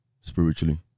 spiritually